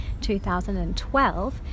2012